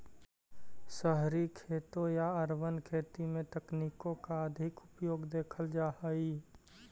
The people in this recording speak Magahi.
शहरी खेती या अर्बन खेती में तकनीकों का अधिक उपयोग देखल जा हई